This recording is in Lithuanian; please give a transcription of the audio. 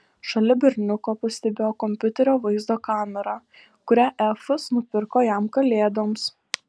šalia berniuko pastebėjo kompiuterio vaizdo kamerą kurią efas nupirko jam kalėdoms